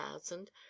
thousand